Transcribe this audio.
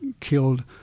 killed